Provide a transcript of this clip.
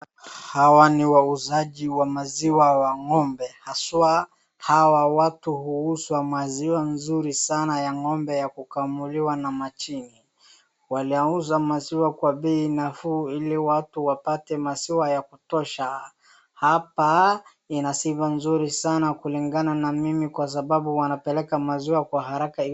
Hawa ni wauzaji wa maziwa wa ng'ombe haswaa hawa watu huuza maziwa nzuri sana ya ng'ombe ya kukamuliwa na mashini. Wanauza maziwa kwa bei nafuu ili watu wapate maziwa ya kutosha. Hapa ina sifa nzuri sana kulingana na mimi kwa sababu wanapeleka maziwa kwa haraka.